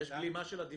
יש בלימה של הדיווחים.